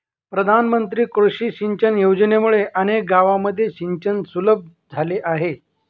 प्रधानमंत्री कृषी सिंचन योजनेमुळे अनेक गावांमध्ये सिंचन सुलभ झाले आहे